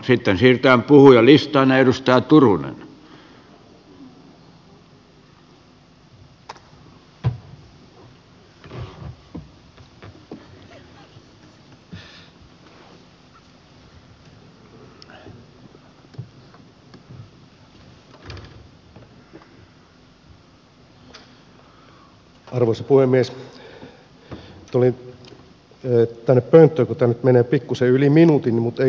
tulin tänne pönttöön kun tämä nyt menee pikkuisen yli minuutin mutta ei kovin paljon